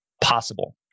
possible